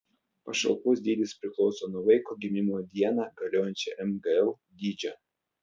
pašalpos dydis priklauso nuo vaiko gimimo dieną galiojančio mgl dydžio